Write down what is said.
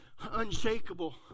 unshakable